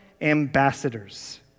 ambassadors